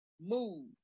move